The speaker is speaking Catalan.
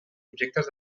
objectes